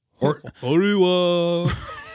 Horiwa